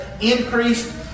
increased